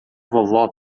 vovó